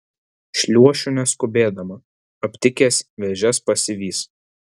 šliuošiu neskubėdama aptikęs vėžes pasivys